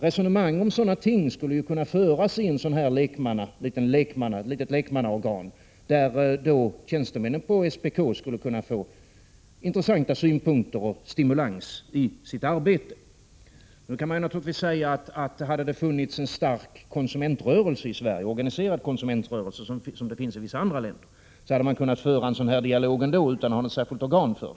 Resonemang om sådana ting skulle kunna föras i ett sådant här litet lekmannaorgan, där tjänstemännen på SPK skulle kunna få intressanta synpunkter och stimulans i sitt arbete. Naturligtvis kan det sägas att om det i Sverige funnits en stark organiserad konsumentrörelse — som det finns i vissa andra länder — hade man kunnat föra en dialog av detta slag ändå, utan att ha något särskilt organ härför.